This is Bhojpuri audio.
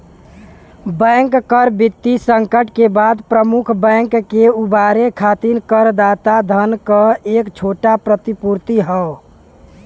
बैंक कर वित्तीय संकट के बाद प्रमुख बैंक के उबारे खातिर करदाता धन क एक छोटा प्रतिपूर्ति हौ